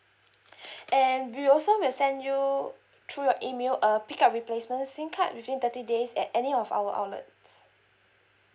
and we also will send you through your email a pick up replacement SIM card within thirty days at any of our outlets